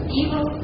evil